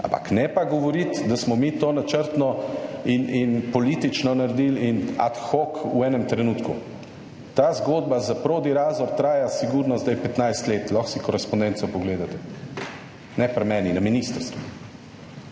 Ampak ne pa govoriti, da smo mi to načrtno in politično naredili in ad hoc v enem trenutku. ta zgodba za Prodi Razor traja sigurno zdaj petnajst let lahko si korespondenco pogledate. Ne pri meni na ministrstvu.